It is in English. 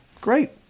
great